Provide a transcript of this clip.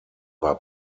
war